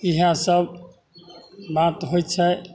इहएसब बात होइ छै